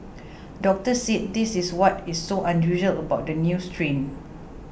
doctors said this is what is so unusual about the new strain